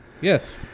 Yes